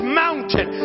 mountain